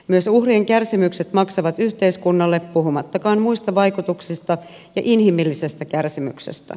myös uhrien kärsimykset maksavat yhteiskunnalle puhumattakaan muista vaikutuksista ja inhimillisestä kärsimyksestä